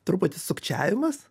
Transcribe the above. truputį sukčiavimas